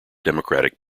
democratic